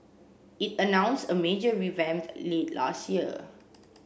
it announced a major revamp late last year